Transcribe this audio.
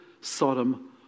Sodom